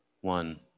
one